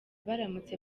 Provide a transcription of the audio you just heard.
baramutse